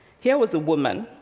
here was a woman,